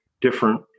different